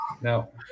no